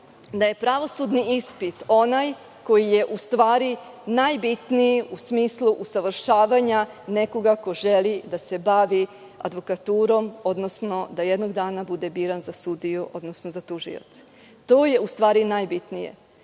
da je pravosudni ispit onaj koji je u stvari najbitniji u smislu usavršavanja nekoga ko želi da se bavi advokaturom, odnosno da jednog dana bude biran za sudiju, odnosno za tužioca. To je, u stvari, najbitnije. Ovde,